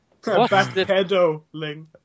Backpedaling